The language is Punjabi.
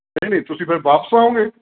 ਨਹੀਂ ਨਹੀਂ ਤੁਸੀਂ ਫਿਰ ਵਾਪਸ ਆਓਂਗੇ